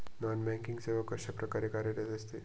Non banking सेवा कशाप्रकारे कार्यरत असते?